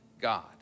God